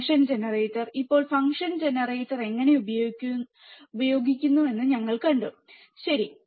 function generator ഇപ്പോൾ function generator function generator എങ്ങനെ ഉപയോഗിക്കുന്നുവെന്ന് ഞങ്ങൾ കണ്ടു ശരി